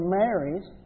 marries